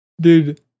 Dude